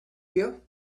you